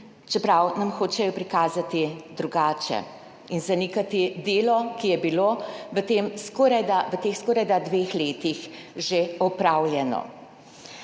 čeprav hočejo prikazati drugače in zanikati delo, ki je bilo v teh skorajda dveh letih že opravljeno.